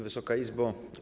Wysoka Izbo!